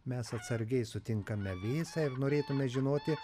mes atsargiai sutinkame vėsą ir norėtume žinoti